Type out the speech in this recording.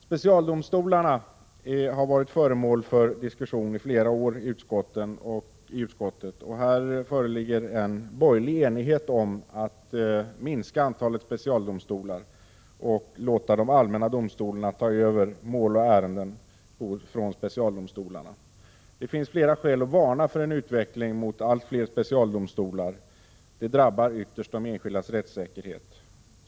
Specialdomstolarna har i flera år varit föremål för diskussion i utskottet. Det föreligger en borgerlig enighet om att man bör minska antalet specialdomstolar och låta de allmänna domstolarna ta över mål och ärenden från specialdomstolarna. Det finns flera skäl till att varna för en utveckling mot allt fler specialdomstolar, eftersom detta ytterst drabbar de enskildas rättssäkerhet.